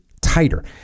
tighter